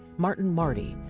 martin marty,